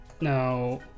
Now